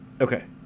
Okay